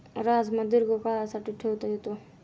राजमा दीर्घकाळासाठी ठेवता येतो